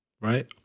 Right